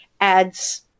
adds